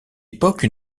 époque